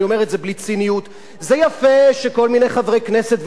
זה יפה שכל מיני חברי כנסת ושרים באים לאירועים